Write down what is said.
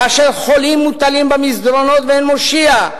כאשר חולים מוטלים במסדרונות ואין מושיע?